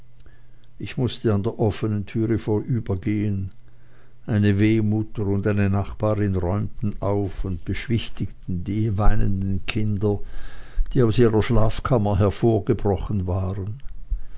ich mußte an der offenen türe vorübergehen eine wehmutter und eine nachbarin räumten auf und beschwichtigten die weinenden kinder die aus ihrer schlafkammer hervorgebrochen waren